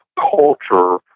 culture